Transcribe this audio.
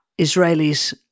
Israelis